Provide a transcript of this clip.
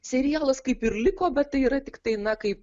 serialas kaip ir liko bet tai yra tiktai na kaip